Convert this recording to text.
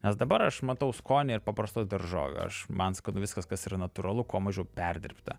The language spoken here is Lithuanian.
nes dabar aš matau skonį ir paprastoj daržovėj aš man skanu viskas kas yra natūralu kuo mažiau perdirbta